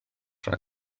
rhag